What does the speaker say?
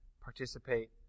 participate